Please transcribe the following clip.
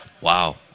Wow